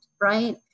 right